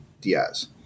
Diaz